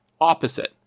opposite